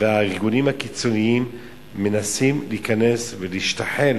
והארגונים הקיצוניים מנסים להיכנס ולהשתחל